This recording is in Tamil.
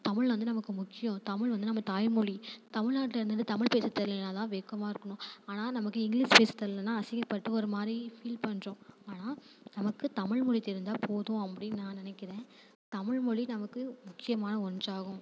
தமிழ் வந்து நமக்கு முக்கியம் தமிழ் வந்து நம்ம தாய்மொழி தமிழ்நாட்டில் இருந்துக்கிட்டு தமிழ் பேச தெரியலேனா தான் வெட்கமா இருக்கணும் ஆனால் நமக்கு இங்கிலீஷ் பேச தெரியலன்னா அசிங்கப்பட்டு ஒரு மாதிரி ஃபீல் பண்ணுறோம் ஆனால் நமக்கு தமிழ் மொழி தெரிந்தால் போதும் அப்படின்னு நான் நினைக்கிறேன் தமிழ்மொழி நமக்கு முக்கியமான ஒன்றாகும்